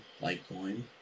Litecoin